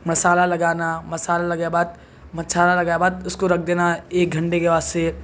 مصالحہ لگانا مصالحہ لگائے بعد مصالحہ لگائے بعد اس کو رکھ دینا ایک گھنٹہ کے واسطے